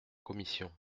commission